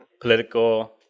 political